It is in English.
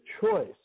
choice